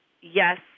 Yes